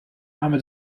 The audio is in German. name